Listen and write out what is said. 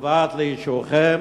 ומובאת לאישורכם